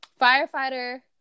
Firefighter